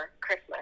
Christmas